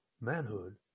manhood